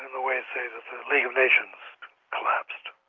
in the way, say that the league of nations collapsed.